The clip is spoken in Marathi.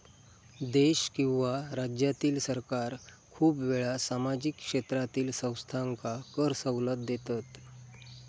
देश किंवा राज्यातील सरकार खूप वेळा सामाजिक क्षेत्रातील संस्थांका कर सवलत देतत